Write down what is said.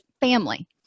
family